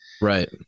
Right